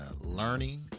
learning